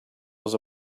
was